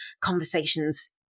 conversations